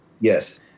Yes